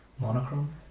monochrome